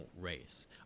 race